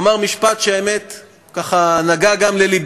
והוא אמר משפט שנגע ללבי,